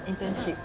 internship